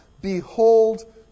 behold